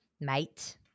Mate